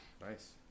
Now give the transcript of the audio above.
Nice